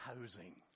housing